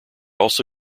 also